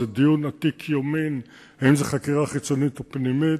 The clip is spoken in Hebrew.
זה דיון עתיק יומין אם זו חקירה חיצונית או פנימית.